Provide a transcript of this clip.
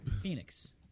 phoenix